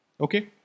Okay